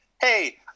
hey